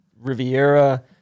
Riviera